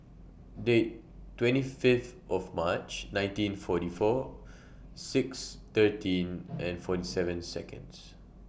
Date twenty Fifth of March nineteen forty four six thirteen and forty seven Seconds